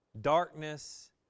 darkness